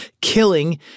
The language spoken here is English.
killing